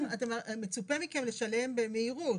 מצופה מכם לשלם במהירות.